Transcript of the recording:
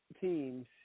teams